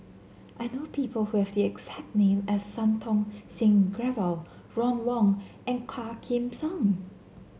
I know people who have the exact name as Santokh Singh Grewal Ron Wong and Quah Kim Song